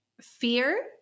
fear